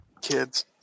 kids